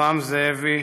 רחבעם זאבי,